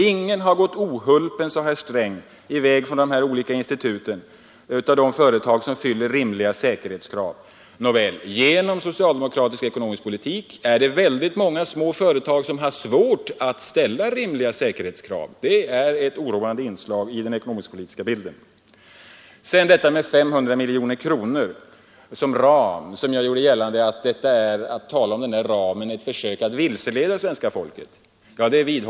Ingen har gått ohulpen, sade herr Sträng, ifrån de olika instituten av de företag som uppfyller rimliga säkerhetskrav. Genom den socialdemokratiska ekonomiska politiken är det väldigt många små företagare som har svårt att uppfylla rimliga säkerhetskrav. Det är ett oroande inslag i den ekonomisk-politiska bilden. Jag vidhåller att talet om 500 miljoner kronor som en ram är ett försök att vilseleda svenska folket.